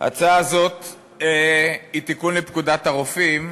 ההצעה הזאת היא תיקון לפקודת הרופאים,